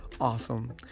awesome